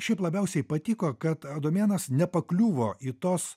šiaip labiausiai patiko kad adomėnas nepakliuvo į tos